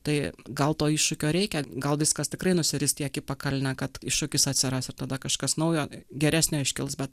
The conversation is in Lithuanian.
tai gal to iššūkio reikia gal viskas tikrai nusiris tiek į pakalnę kad iššūkis atsiras ir tada kažkas naujo geresnio iškils bet